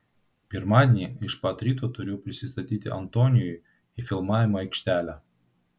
pirmadienį iš pat ryto turiu prisistatyti antonijui į filmavimo aikštelę